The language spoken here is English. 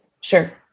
sure